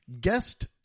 guest